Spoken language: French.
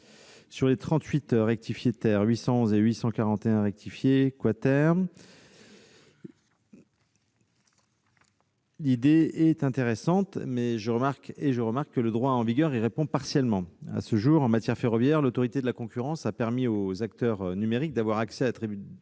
n 38 rectifié , 811 et 841 rectifié , l'idée est intéressante, mais je remarque que le droit en vigueur les satisfait partiellement. À ce jour, en matière ferroviaire, l'autorité de la concurrence permet aux acteurs numériques d'avoir accès à la distribution